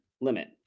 limit